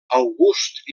august